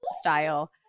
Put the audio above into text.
style